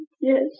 Yes